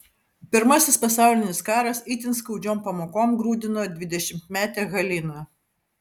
pirmasis pasaulinis karas itin skaudžiom pamokom grūdino dvidešimtmetę haliną